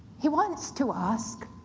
he wants to ask,